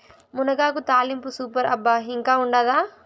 మునగాకు తాలింపు సూపర్ అబ్బా ఇంకా ఉండాదా